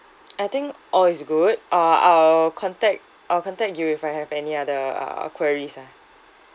I think all is good uh I'll contact I'll contact you if I have any other uh queries ah